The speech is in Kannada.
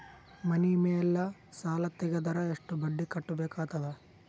ಮನಿ ಮೇಲ್ ಸಾಲ ತೆಗೆದರ ಎಷ್ಟ ಬಡ್ಡಿ ಕಟ್ಟಬೇಕಾಗತದ?